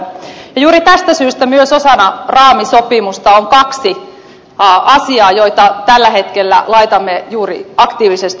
juuri tästä syystä myös osana raamisopimusta on kaksi asiaa joita tällä hetkellä laitamme juuri aktiivisesti selvitykseen